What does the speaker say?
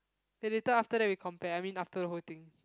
then later after that we compare I mean after the whole thing